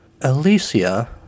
Alicia